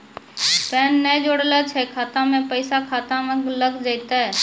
Pan ने जोड़लऽ छै खाता मे पैसा खाता मे लग जयतै?